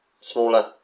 smaller